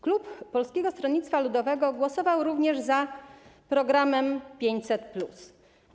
Klub Polskiego Stronnictwa Ludowego głosował również za programem 500+.